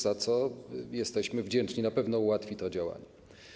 Za to jesteśmy wdzięczni, na pewno ułatwi to działanie.